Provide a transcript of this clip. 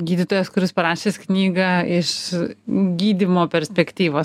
gydytojas kuris parašęs knygą iš gydymo perspektyvos